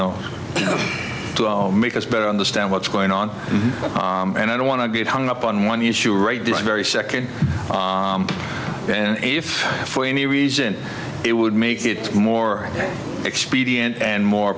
know make us better understand what's going on and i don't want to get hung up on one issue right does very second and if for any reason it would make it more expedient and more